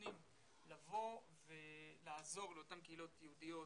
מתכוונים לעזור לאותן קהילות יהודיות,